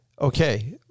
Okay